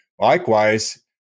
Likewise